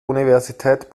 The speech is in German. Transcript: universität